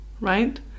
right